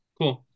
cool